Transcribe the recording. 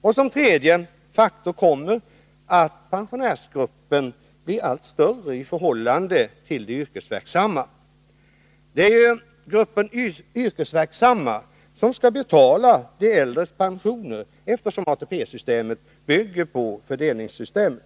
Och som tredje faktor kommer att pensionärsgruppen blir allt större i förhållande till de yrkesverksamma. Det är ju gruppen yrkesverksamma som skall betala de äldres pensioner, eftersom ATP-systemet bygger på fördelningssystemet.